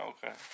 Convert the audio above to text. Okay